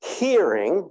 hearing